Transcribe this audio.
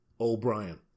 O'Brien